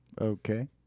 Okay